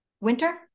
winter